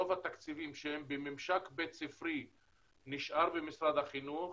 רוב התקציבים שהם בממשק בית ספרי נשאר במשרד החינוך,